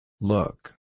Look